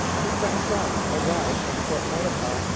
his son jean arrived from fort maurepas,